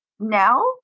Now